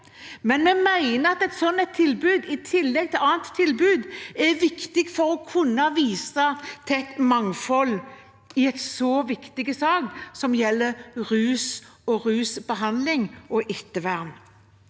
men vi mener at et slikt tilbud i tillegg til andre tilbud er viktig for å kunne vise til et mangfold i en så viktig sak som rusbehandling og ettervern